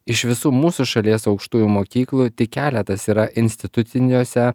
iš visų mūsų šalies aukštųjų mokyklų tik keletas yra instituciniuose